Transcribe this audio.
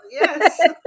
Yes